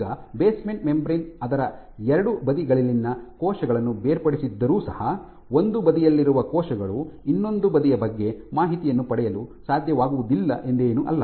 ಈಗ basement membrane ಅದರ ಎರಡು ಬದಿಗಳಲ್ಲಿನ ಕೋಶಗಳನ್ನು ಬೇರ್ಪಡಿಸಿದ್ದರೂ ಸಹ ಒಂದು ಬದಿಯಲ್ಲಿರುವ ಕೋಶಗಳು ಇನ್ನೊಂದು ಬದಿಯ ಬಗ್ಗೆ ಮಾಹಿತಿಯನ್ನು ಪಡೆಯಲು ಸಾಧ್ಯವಾಗುವುದಿಲ್ಲ ಎಂದೇನೂ ಅಲ್ಲ